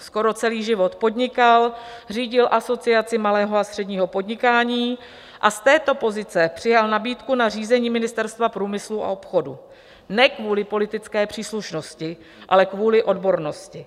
Skoro celý život podnikal, řídil Asociaci malého a středního podnikání a z této pozice přijal nabídku na řízení Ministerstva průmyslu a obchodu ne kvůli politické příslušnosti, ale kvůli odbornosti.